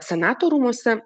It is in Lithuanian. senato rūmuose